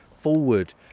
forward